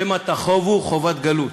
שמא תחובו חובת גלות